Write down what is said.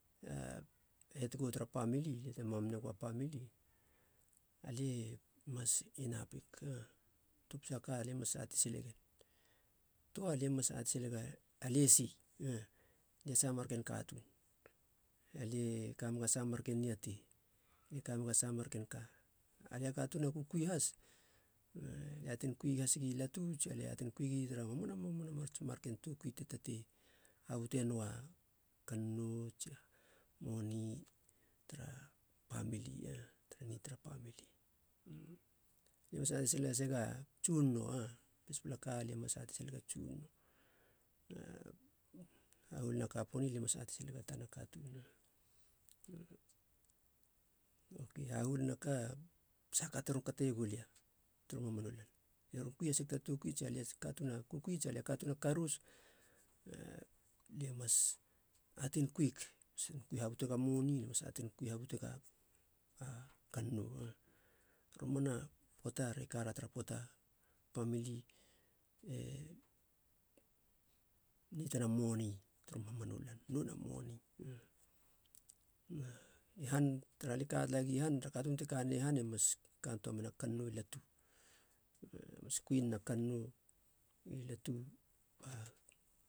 Alia a het tara pamili, lia te negou a pamili, alie mas enapig topisa ka, lie mas atei sile gen kaba lie mas ate silega, alie si, lia saha marken katuun, a lie kamega saha marken niatei, lie kamega saha marken ka, alia katuun a kukui has? Lie atein kui hasigi latu, tsia lie atein kui gi tara mamana mats ken toukui te habute nou a kannou tsia moni tara pamili na tara nit tara pamili, lie mas ate sil hasega tsunono a pespela ka lie mas silega tsunono na ha huolina ka poni, lie ron kui hasig ta toukui, lia a katuun a kukui tsi alia katuun a karos. A lie mas aten kuig bate kui habutega moni mas atein kui habutega a kannou, a romana poata re kara tara poata pamili e nitena moni turu mamanu lan. Nona moni na i han tara lie ka talagi han tara katuun te ka tala han e mas kann töa mena kannou i latu mas kui nena kannou i latu.